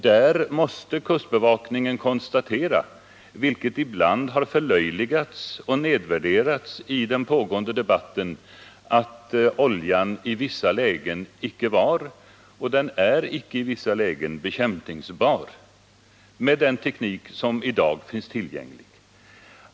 Där måste kustbevakningen konstatera, vilket ibland har förlöjligats och nedvärderats i den pågående debatten, att oljan icke var — och att den i vissa lägen icke är — bekämpningsbar med den teknik som i dag finns tillgänglig.